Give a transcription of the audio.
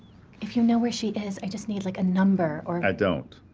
if you know where she is, i just need, like, a number or i don't.